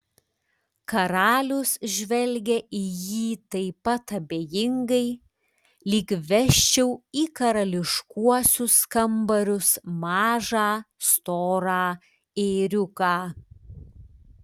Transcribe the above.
karalius žvelgia į jį taip pat abejingai lyg vesčiau į karališkuosius kambarius mažą storą ėriuką